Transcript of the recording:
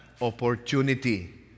opportunity